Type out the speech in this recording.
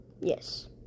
Yes